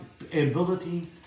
ability